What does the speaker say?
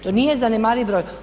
To nije zanemariv broj.